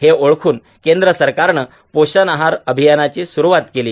हे ओळखून केंद्र सरकारनं पोषण आहार अभियानाची सुरवात केली